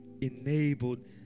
enabled